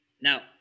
Now